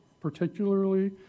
particularly